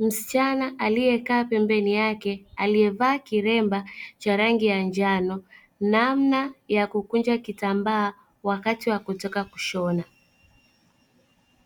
msichana aliyekaa pembeni yake, aliyevaa kilemba cha rangi ya njano namna ya kukunja kitambaa wakati wa kutaka kushona.